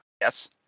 Yes